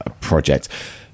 project